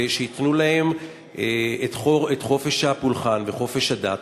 ושייתנו להם את חופש הפולחן וחופש הדת,